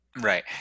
Right